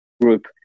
group